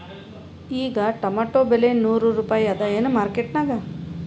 ಈಗಾ ಟೊಮೇಟೊ ಬೆಲೆ ನೂರು ರೂಪಾಯಿ ಅದಾಯೇನ ಮಾರಕೆಟನ್ಯಾಗ?